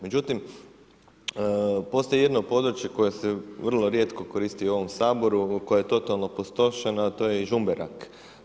Međutim, postoji jedno područje koje se vrlo rijetko koristi u ovom Saboru, koje je totalno opustošeno, to je i Žumberak.